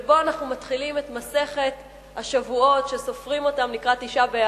שבו אנחנו מתחילים את מסכת השבועות שסופרים אותם לקראת תשעה באב,